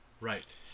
Right